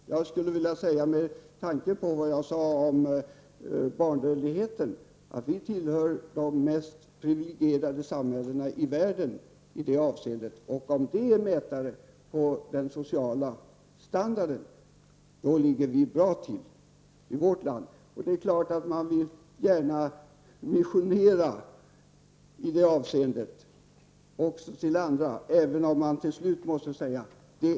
Själv sade jag tidigare att barnadödligheten i Sverige är den lägsta i världen. I det avseendet lever vi alltså i ett privilegierat samhälle. Om detta är en mätare på social standard ligger vi i vårt land väl framme. Det är klart att man gärna vill missionera och tala om för andra länder hur de kan driva utvecklingen vidare.